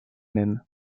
mêmes